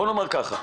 בוא נומר ככה,